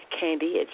Candy